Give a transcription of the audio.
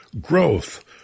growth